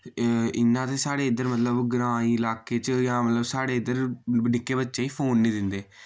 इय्यां ते साढ़े इद्धर मतलब ग्राईं इलाके च जां मतलब साढ़े इद्धर निक्के बच्चें ई फोन नि दिंदे